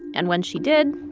and when she did,